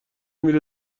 میره